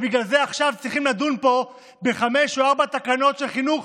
בגלל זה עכשיו צריך לדון פה בארבע או בחמש תקנות של חינוך,